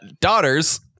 Daughters